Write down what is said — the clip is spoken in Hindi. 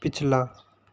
पिछला